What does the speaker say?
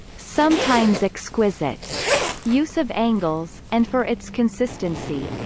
sometimes exquisite use of angles, and for its consistency.